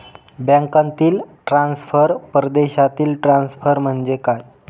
बँकांतील ट्रान्सफर, परदेशातील ट्रान्सफर म्हणजे काय?